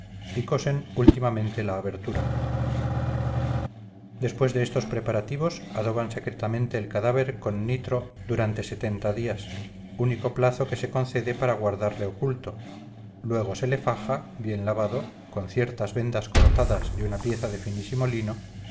y cosen últimamente la abertura después de estos preparativos adoban secretamente el cadáver con nitro durante setenta días único plazo que se concede para guardarle oculto luego se le faja bien lavado con ciertas vendas cortadas de una pieza de finísimo lino